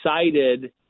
excited